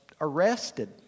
arrested